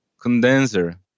condenser